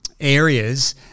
areas